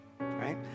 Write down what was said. right